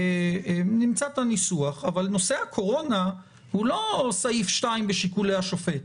נמצא את הניסוח אבל נושא הקורונה הוא לא סעיף שתיים בשיקולי השופט,